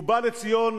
ובא לציון,